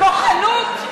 כוחנות?